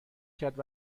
کرد